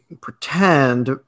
pretend